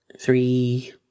three